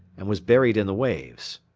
and was buried in the waves.